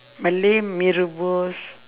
malay mee-rebus